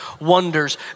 wonders